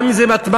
גם אם זה מתמטיקה,